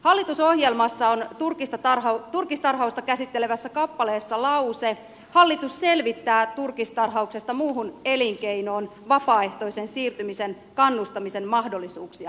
hallitusohjelmassa on turkistarhausta käsittelevässä kappaleessa lause hallitus selvittää turkistarhauksesta muuhun elinkeinoon vapaaehtoisen siirtymisen kannustamisen mahdollisuuksia